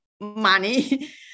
money